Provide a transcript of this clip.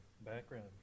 background